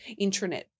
intranet